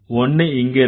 ஒண்ணு இங்க இருக்கு